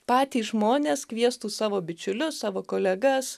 patys žmonės kviestų savo bičiulius savo kolegas